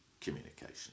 Communication